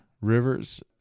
rivers